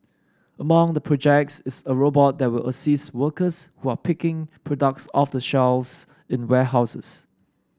among the projects is a robot that will assist workers who are picking products off the shelves in warehouses